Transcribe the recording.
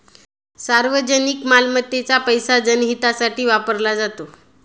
सार्वजनिक मालमत्तेचा पैसा जनहितासाठी वापरला जातो